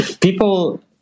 people